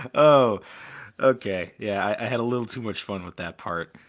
ah okay. yeah, i had a little too much fun with that part.